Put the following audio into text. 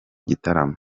gitaramo